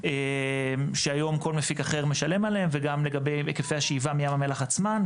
מים שהיום כל מפיק אחר משלם עליהם וגם לגבי היקפי השאיבה מים המלח עצמם.